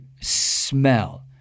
smell